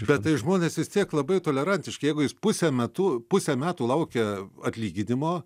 bet tai žmonės vis tiek labai tolerantiški jeigu jūs pusę metu pusę metų laukia atlyginimo